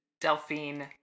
Delphine